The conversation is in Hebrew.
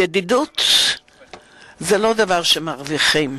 ידידוּת היא לא דבר שמרוויחים.